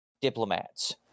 diplomats